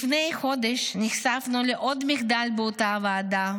לפני חודש נחשפנו לעוד מחדל באותה הוועדה: